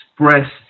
express